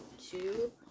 two